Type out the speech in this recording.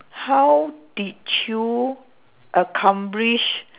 how did you accomplish